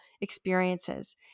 experiences